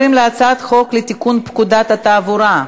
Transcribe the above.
הצעת חוק הצבעה באמצעות תעודת חוגר (תיקוני חקיקה),